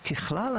ככלל,